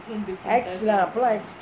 X lah